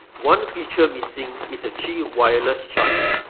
one feature missing is ah qi wireless charging,